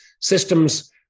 systems